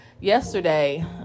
Yesterday